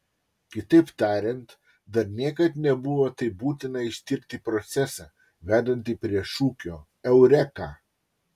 kitaip tariant dar niekad nebuvo taip būtina ištirti procesą vedantį prie šūkio eureka